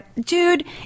dude